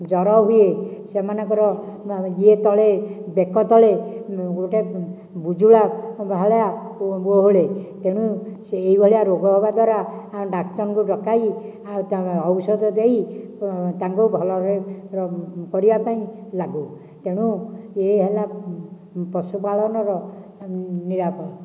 ଜ୍ୱର ହୁଏ ସେମାନଙ୍କର ଇଏ ତଳେ ବେକ ତଳେ ଗୋଟିଏ ବୁଜୁଳା ଭଳିଆ ଓଓହଳେ ତେଣୁ ସେ ଏହି ଭଳିଆ ରୋଗ ହେବା ଦ୍ୱାରା ଡାକ୍ତରଙ୍କୁ ଡକାଇ ଆଉ ତାଙ୍କୁ ଔଷଧ ଦେଇ ତାଙ୍କୁ ଭଲରେ କରିବା ପାଇଁ ଲାଗୁ ତେଣୁ ଇଏ ହେଲା ପଶୁପାଳନର ନିରାପ